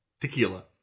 Tequila